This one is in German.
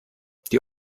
die